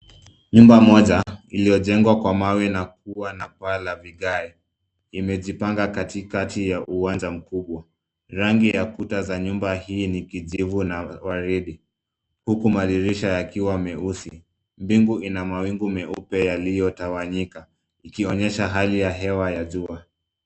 Nyumba moja, iliojengwa kwa mawe na kuwa na paa la vigae, imejipanga katikati ya uwanja mkubwa, rangi ya kuta za nyumba hii ni kijivu na waridi huku madirisha yakiwa meusi, bingu ina mawingu meupe iliotawanyika, ikionyesha hali ya hewa ya jua.